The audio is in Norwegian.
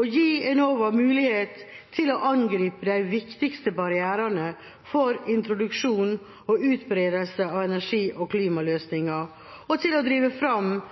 og gi Enova mulighet til å angripe de viktigste barrierene for introduksjon og utbredelse av energi- og klimaløsninger og til å drive fram